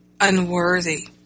unworthy